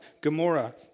Gomorrah